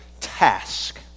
task